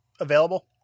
available